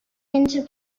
into